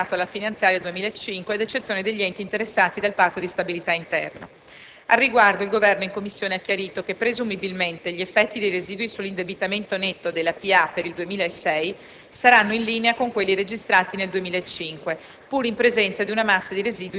inseriti nell'elenco 1 allegato alla legge finanziaria per il 2005, ad eccezione degli enti interessati dal Patto di stabilità interno. Al riguardo, il Governo in Commissione ha chiarito che presumibilmente gli effetti dei residui sull'indebitamento netto della pubblica amministrazione per il 2006 saranno in linea con quelli registrati nel 2005,